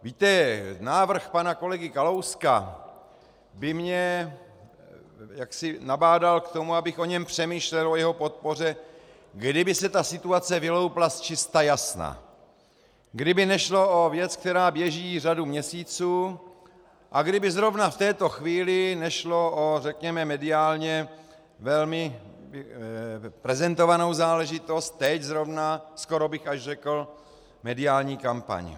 Víte, návrh pana kolegy Kalouska by mě nabádal k tomu, abych o něm přemýšlel, o jeho podpoře, kdyby se ta situace vyloupla zčistajasna, kdyby nešlo o věc, která běží řadu měsíců a kdyby zrovna v této chvíli nešlo o řekněme mediálně velmi prezentovanou záležitost, teď zrovna skoro bych až řekl mediální kampaň.